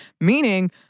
meaning